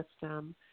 system